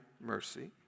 mercy